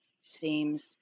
seems